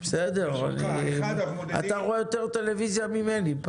בסדר, אתה רואה יותר טלוויזיה ממני.